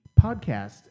podcast